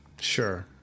sure